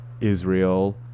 israel